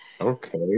Okay